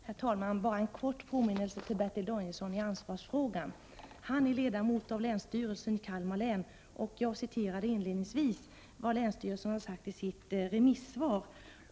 Herr talman! Bara en kort påminnelse till Bertil Danielsson i ansvarsfrågan. Han är ledamot av länsstyrelsen i Kalmar län, och jag citerade inledningsvis vad länsstyrelsen har sagt i sitt remissvar.